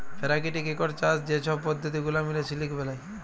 পেরাকিতিক ইকট চাষ যে ছব পদ্ধতি গুলা মিলে সিলিক বেলায়